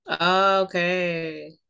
Okay